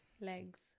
Legs